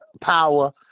Power